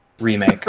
remake